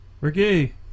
Ricky